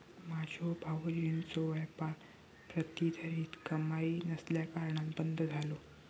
माझ्यो भावजींचो व्यापार प्रतिधरीत कमाई नसल्याकारणान बंद झालो